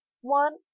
one